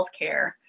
healthcare